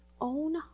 own